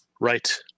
right